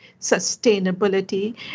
sustainability